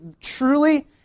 truly